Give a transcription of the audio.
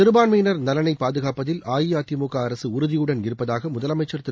சிறுபான்மையினர் நலனை பாதுகாப்பதில் அஇஅதிமுக அரசு உறுதியுடன் இருப்பதாக முதலமைச்சர் திரு